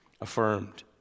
affirmed